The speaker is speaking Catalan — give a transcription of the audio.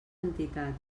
entitat